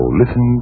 listen